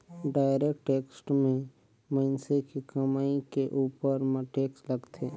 direct tax में मइनसे के कमई के उपर म टेक्स लगथे